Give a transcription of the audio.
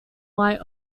whyte